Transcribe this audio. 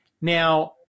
Now